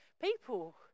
people